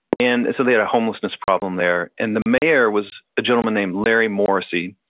and so they had a homelessness problem there, and the mayor was a gentleman named larry morrissey.